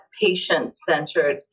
patient-centered